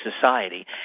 society